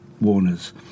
Warner's